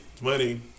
money